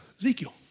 Ezekiel